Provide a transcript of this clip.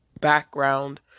background